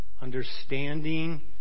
understanding